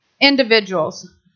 individuals